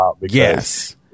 yes